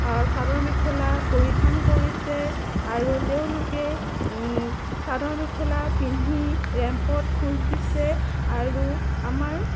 চাদৰ মেখেলা পৰিধান কৰিছে আৰু তেওঁলোকে চাদৰ মেখেলা পিন্ধি ৰেম্পত খোজ দিছে আৰু আমাৰ